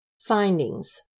Findings